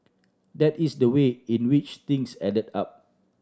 that is the way in which things added up